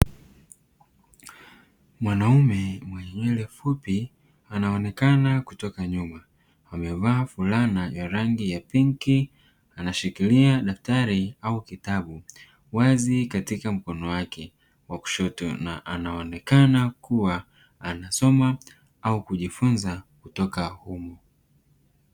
Mwanaume mwenye nywele fupi anaonekana kutoka nyuma, amevaa fulana ya rangi ya pinki anashikilia daftari au kitabu wazi katika mkono wake wa kushoto na anaonekana kuwa anasoma au kujifunza kutoka huku.